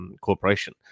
corporation